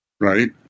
Right